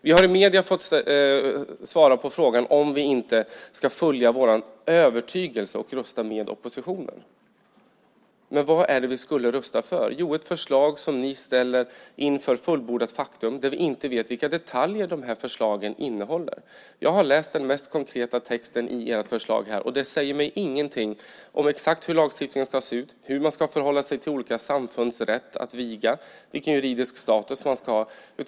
Vi har i medierna fått svara på frågan om vi inte ska följa vår övertygelse och rösta med oppositionen. Men vad är det vi skulle rösta för? Jo, ett förslag som ni ställer inför fullbordat faktum, där vi inte vet vilka detaljer förslagen innehåller. Jag har läst den mest konkreta texten i ert förslag, och den säger mig ingenting om exakt hur lagstiftningen ska se ut, hur man ska förhålla sig till olika samfunds rätt att viga och juridisk status.